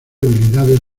habilidades